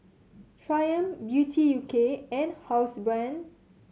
Triumph Beauty U K and Housebrand